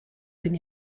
den